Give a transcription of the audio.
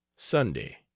sunday